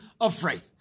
afraid